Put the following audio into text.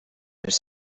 elle